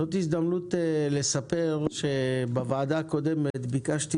זאת הזדמנות לספר שבוועדה הקודמת ביקשתי